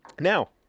Now